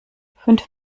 fünf